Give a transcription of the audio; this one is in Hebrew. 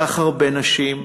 סחר בנשים,